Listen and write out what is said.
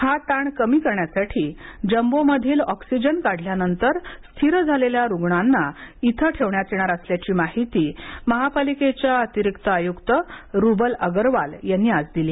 हा ताण कमी करण्यासाठी जम्बो मधील ऑक्सिजन काढल्यानंतर स्थिर झालेल्या रुग्णांना इथे ठेवण्यात येणार असल्याची माहिती महापालिकेच्या अतिरिक्त आयुक्त रुबल अग्रवाल यांनी आज दिली